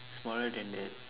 smaller than that